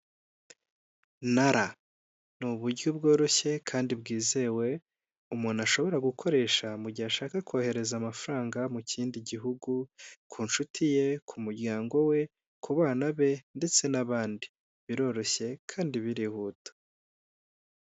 Nara ni uburyo bworoshye kandi bwizewe umuntu ashobora gukoresha mu gihe ashaka kohereza amafaranga mu kindi gihugu, ku nshuti ye, ku muryango we, ku bana be ndetse n'abandi, biroroshye kandi birihuta.